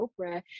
Oprah